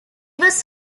was